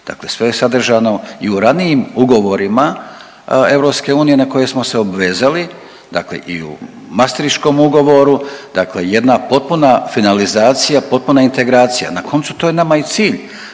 Dakle, sve je sadržano i u ranijim ugovorima EU na koje smo se obvezali. Dakle i u Maastricht-om ugovoru, dakle jedna potpuna finalizacija, potpuna integracija. Na koncu to je nama i cilj.